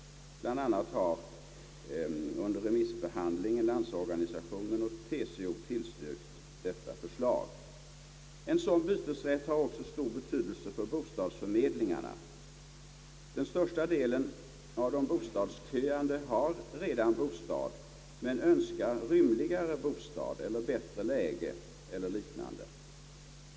Bland annat har under remissbehandlingen LO och TCO tillstyrkt detta förslag. En sådan bytesrätt har också stor betydelse för bostadsförmedlingarna. Den största delen av de bostadsköande har redan bostad men önskar en rymligare bostad, bättre läge etc.